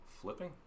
flipping